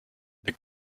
the